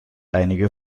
einige